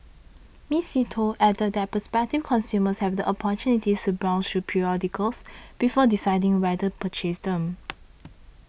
Miss See Tho added that prospective consumers have the opportunity to browse through periodicals before deciding whether to purchase them